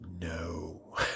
No